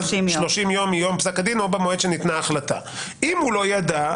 אז זה 30 יום מיום פסק הדין או במועד שניתנה החלטה; אם הוא לא ידע,